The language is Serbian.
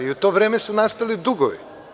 U to vreme su nastali dugovi.